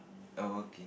oh